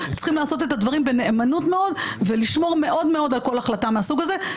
צריכים לעשות את הדברים בנאמנות ולשמור מאוד מאוד בכל החלטה מהסוג הזה.